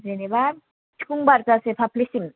जेनेबा बिखुं बारजासे थाफ्लि सिम